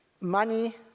money